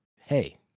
Hey